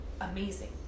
amazing